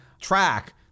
track